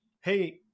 hey